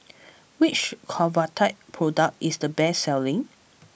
which Convatec product is the best selling